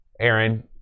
Aaron